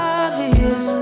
obvious